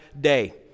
day